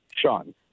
Sean